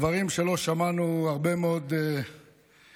דברים שלא שמענו הרבה מאוד שנים.